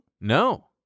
No